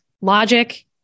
logic